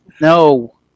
no